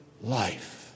life